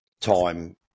time